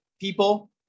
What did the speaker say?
people